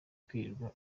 kwirirwa